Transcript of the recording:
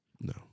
No